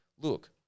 look